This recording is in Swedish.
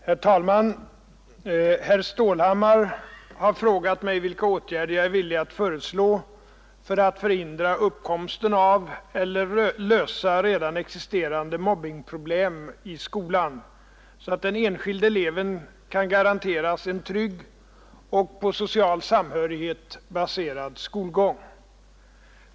Herr talman! Herr Stålhammar har frågat mig vilka åtgärder jag är villig att föreslå för att förhindra uppkomsten av eller lösa redan existerande mobbningsproblem i skolan, så att den enskilde eleven kan garanteras en trygg och på social samhörighet baserad skolgång.